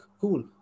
cool